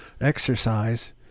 exercise